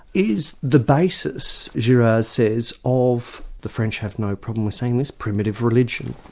is the basis, girard says, of the french have no problem with saying this primitive religion,